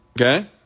Okay